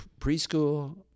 preschool